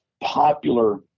popular